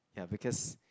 ya because